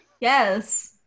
yes